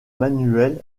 manuel